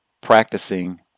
practicing